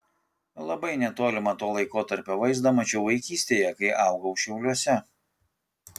labai netolimą to laikotarpio vaizdą mačiau vaikystėje kai augau šiauliuose